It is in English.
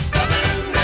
Southern